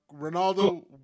Ronaldo